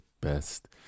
best